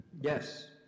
Yes